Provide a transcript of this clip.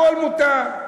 הכול מותר,